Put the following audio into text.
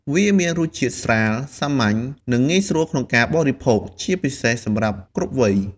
វាមានរសជាតិស្រាល សាមញ្ញ និងងាយស្រួលក្នុងការបរិភោគ ជាពិសេសសម្រាប់គ្រប់វ័យ។។